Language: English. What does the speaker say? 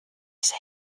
say